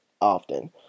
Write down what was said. often